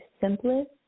simplest